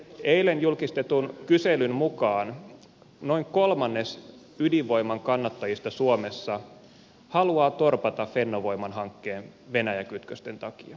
eilen julkistetun kyselyn mukaan noin kolmannes ydinvoiman kannattajista suomessa haluaa torpata fennovoiman hankkeen venäjä kytkösten takia